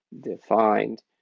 defined